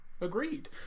agreed